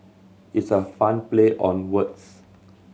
it's a fun play on words